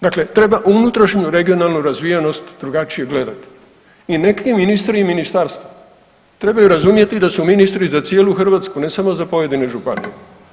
Dakle treba unutrašnju regionalnu razvijenost drugačije gledati i ne krivim ministre i ministarstvo, trebaju razumjeti da su ministri za cijelu Hrvatsku, ne samo za pojedine županije.